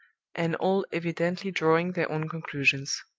and all evidently drawing their own conclusions.